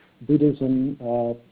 Buddhism